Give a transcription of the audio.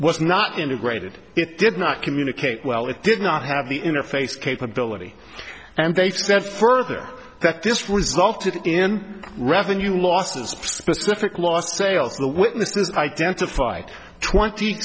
was not integrated it did not communicate well it did not have the interface capability and they felt that further that this resulted in revenue losses specific lost sales the witnesses identified twenty